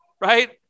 right